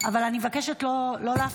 אבל אני מבקשת לא להפריע.